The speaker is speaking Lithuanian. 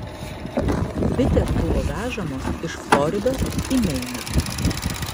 bitės buvo vežamos iš floridos į meiną